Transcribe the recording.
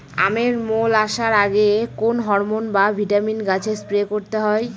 আমের মোল আসার আগে কোন হরমন বা ভিটামিন গাছে স্প্রে করতে হয়?